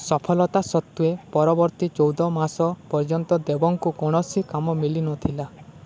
ସଫଳତା ସତ୍ତ୍ୱେ ପରବର୍ତ୍ତୀ ଚଉଦ ମାସ ପର୍ଯ୍ୟନ୍ତ ଦେବଙ୍କୁ କୌଣସି କାମ ମିଳିନଥିଲା